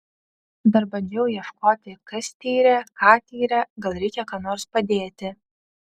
dar bandžiau ieškoti kas tyrė ką tyrė gal reikia ką nors padėti